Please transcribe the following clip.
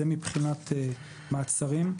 זה מבחינת מעצרים.